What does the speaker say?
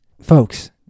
folks